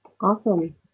Awesome